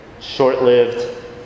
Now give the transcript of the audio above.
short-lived